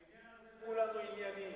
בעניין הזה כולנו ענייניים.